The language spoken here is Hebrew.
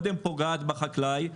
פוגעת בחקלאי,